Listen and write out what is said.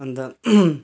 अन्त